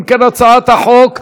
אם כן, הצעת החוק נתקבלה,